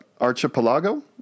Archipelago